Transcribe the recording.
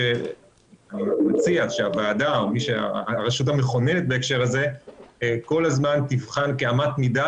אני מציע שהרשות המכוננת כל הזמן תבחן כאמת מידה,